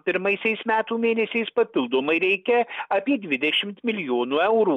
pirmaisiais metų mėnesiais papildomai reikia apie dvidešimt milijonų eurų